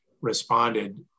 responded